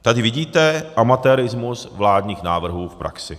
Tady vidíte amatérismus vládních návrhů v praxi.